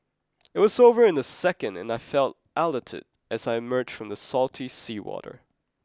it was over in a second and I felt elated as I emerged from the salty seawater